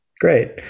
Great